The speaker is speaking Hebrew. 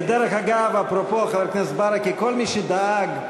ודרך אגב, אפרופו, חבר הכנסת ברכה, כל מי שדאג,